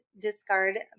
discard